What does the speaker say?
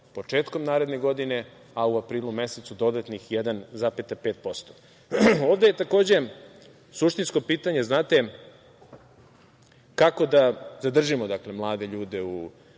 početkom naredne godine, a u aprilu mesecu, dodatnih 1,5%.Ovde je takođe suštinsko pitanje, znate kako da zadržimo mlade ljude u